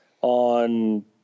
on